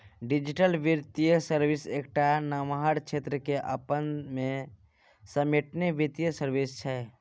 digital बित्तीय service एकटा नमहर क्षेत्र केँ अपना मे समेटने बित्तीय सर्विस छै